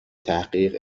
تحقیق